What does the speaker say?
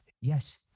yes